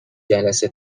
جلسه